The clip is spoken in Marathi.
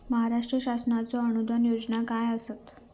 महाराष्ट्र शासनाचो अनुदान योजना काय आसत?